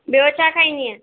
ॿियो छा खाईंदीअ